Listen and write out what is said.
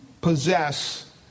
possess